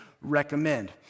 recommend